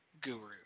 guru